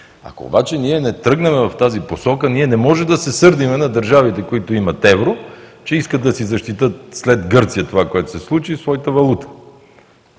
Ако обаче ние не тръгнем в тази посока, не може да се сърдим на държавите, които имат евро, че искат да се защитят – след Гърция това, което се случи, своята валута.